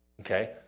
Okay